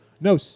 No